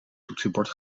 toetsenbord